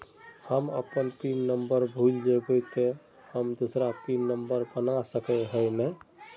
हम अपन pin number भूल जयबे ते हम दूसरा पिन नंबर बना सके है नय?